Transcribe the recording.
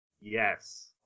Yes